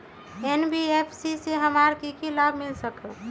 NBFC से हमार की की लाभ मिल सक?